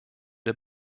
der